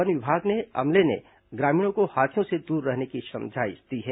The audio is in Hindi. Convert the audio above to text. वन विभाग के अमले ने ग्रामीणों को हाथियों से दूर रहने की समझाइश दी है